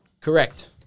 Correct